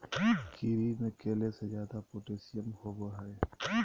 kiwi में केले से ज्यादा पोटेशियम होबो हइ